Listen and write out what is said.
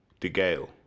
DeGale